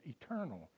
eternal